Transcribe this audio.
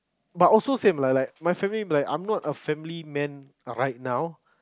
but also same like like my family be like I'm not a family man ah right now